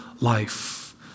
life